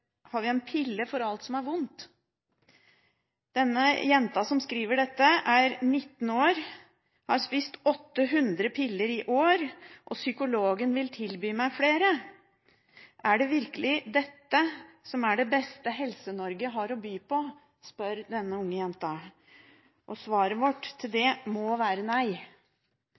pille mot alt som er vondt?» Den jenta som skriver dette, er 19 år: «Jeg har spist 800 piller i år, og psykologene vil tilby meg enda flere. Er det virkelig det beste Helse-Norge har å tilby?» – spør denne unge jenta. Svaret vårt til det må være nei.